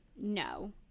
No